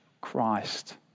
Christ